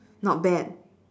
not bad